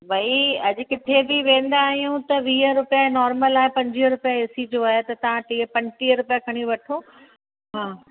भई अॼु किथे बि वेंदा आहियूं त वीह रुपिया नॉर्मल आहे पंजवीह रुपिया ए सी जो आहे त तव्हां टीह पंजटीह रुपिया खणी वठो हा